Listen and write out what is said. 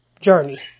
journey